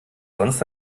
sonst